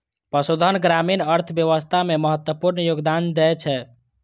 पशुधन ग्रामीण अर्थव्यवस्था मे महत्वपूर्ण योगदान दै छै